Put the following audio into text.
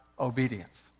obedience